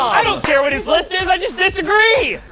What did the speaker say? i don't care what his list is. i just disagree!